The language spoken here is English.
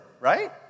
Right